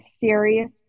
serious